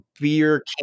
beer